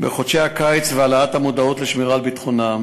בחודשי הקיץ ואת העלאת המודעות לשמירה על ביטחונם.